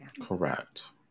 Correct